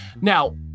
Now